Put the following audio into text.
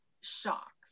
shocks